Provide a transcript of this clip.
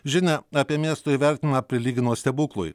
žinią apie miesto įvertinimą prilygino stebuklui